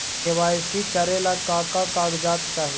KYC करे ला का का कागजात चाही?